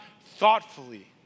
thoughtfully